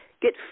get